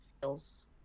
feels